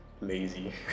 lazy